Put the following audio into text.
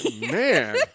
Man